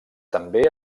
també